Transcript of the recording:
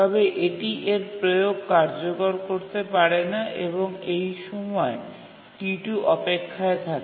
তবে এটি এর প্রয়োগ কার্যকর করতে পারে না এবং এই সময়ে T2 অপেক্ষায় থাকে